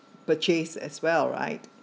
purchase as well right